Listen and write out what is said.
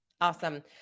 Awesome